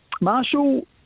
Marshall